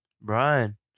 Brian